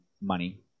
money